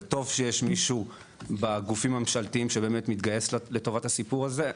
וטוב שיש מישהו בגופים הממשלתיים שבאמת מתגייס לטובת הסיפור הזה,